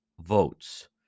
votes